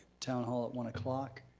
town hall at one o'clock.